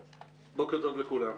בוקר טוב לכולם.